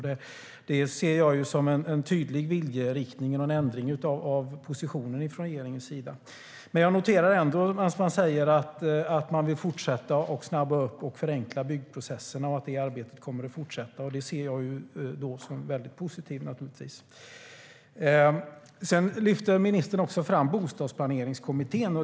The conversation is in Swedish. Det ser jag som en tydlig viljeriktning och en ändring av regeringens position. Ministern lyfter också fram Bostadsplaneringskommittén.